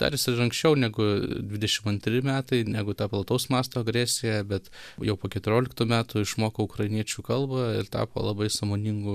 dar jis ir ankščiau negu dvidešim antri metai negu ta plataus masto agresija bet jau po keturioliktų metų išmoko ukrainiečių kalbą ir tapo labai sąmoningu